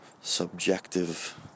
subjective